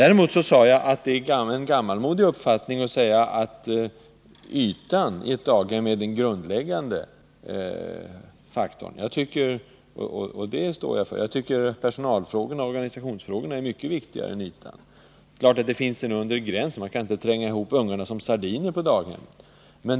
Däremot sade jag, att det är en gammalmodig uppfattning att ytan i ett daghem är den grundläggande faktorn, och det står jag för. Jag tycker att personalfrågorna och organisationsfrågorna är mycket viktigare än ytan. Det är klart att det finns en undre gräns — man kan inte tränga ihop ungarna som sardiner på daghemmen.